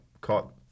caught